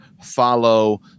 follow